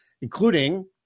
including